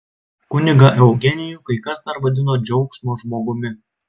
kunigą eugenijų kai kas dar vadino džiaugsmo žmogumi